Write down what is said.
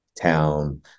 town